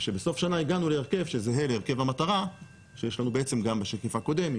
ובסוף השנה הגענו להרכב שזהה להרכב המטרה שיש לנו בעצם גם בשקף הקודם,